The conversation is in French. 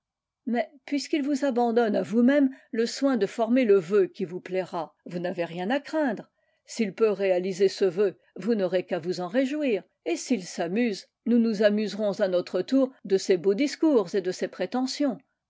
mais puisqu'il vous abandonne à vous-même le soin de former le vœu qui vous plaira vous n avez rien à craindre s'il peut réaliser ce vœu vous n'aurez qu'à vous en réjouir et s'il s'amuse nous nous amuserons à notre tour de ses beaux discours et de ses prétentions